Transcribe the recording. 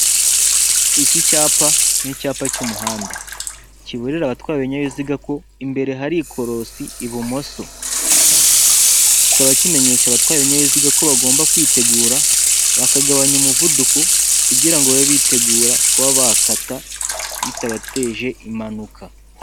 Iki cyapa n'icyapa cy'umuhanda, kiburira abatwara ibinyabiziga ko imbere hari ikorosi ibumoso, kikaba kimenyesha abatwaraye ibinyabiziga ko bagomba kwitegura, bakagabanya umuvuduko kugirango babe bitegura kuba bakata, bitabateje impanuka.